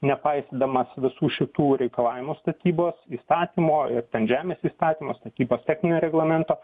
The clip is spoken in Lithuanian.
nepaisydamas visų šitų reikalavimų statybos įstatymo ir ten žemės įstatymo statybos techninio reglamento